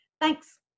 Thanks